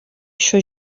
això